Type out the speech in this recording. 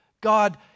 God